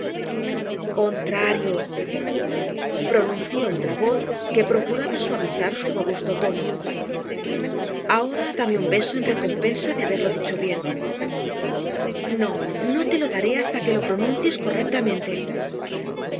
contrario pronunció otra voz que procuraba suavizar su robusto tono ahora dame un beso en recompensa de haberlo dicho bien no no te lo daré hasta que lo pronuncies correctamente